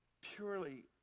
purely